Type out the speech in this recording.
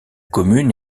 commune